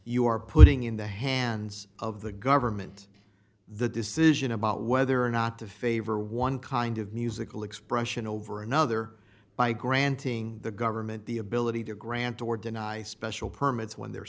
you are putting in the hands of the government the decision about whether or not to favor one kind of musical expression over another by granting the government the ability to grant or deny special permits when they're